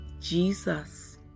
Jesus